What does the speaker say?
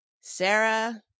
Sarah